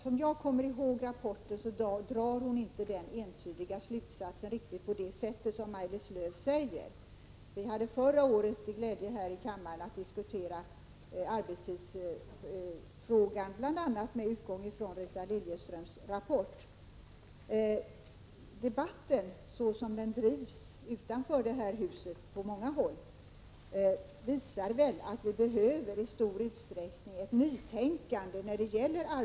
Som jag kommer ihåg rapporten, drar Rita Liljeström inte någon entydig slutsats på det sätt som Maj-Lis Lööw säger. Vi hade förra året glädjen att här i kammaren diskutera arbetstidsfrågan bl.a. med utgångspunkt i Rita Liljeströms rapport. Debatten, så som den förs på många håll utanför det här huset, visar väl att vi i stor utsträckning behöver ett nytänkande i arbetstidsfrågan.